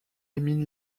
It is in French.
émile